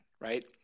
right